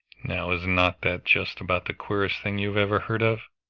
now is not that just about the queerest thing you ever heard of?